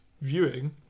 viewing